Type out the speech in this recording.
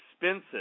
expensive